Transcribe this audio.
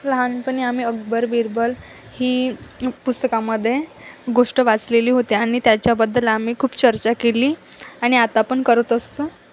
लहानपणी आम्ही अकबर बिरबल ही पुस्तकामध्ये गोष्ट वाचलेली होती आणि त्याच्याबद्दल आम्ही खूप चर्चा केली आणि आता पण करत असतो